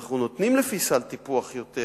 אנחנו נותנים לפי סל טיפוח יותר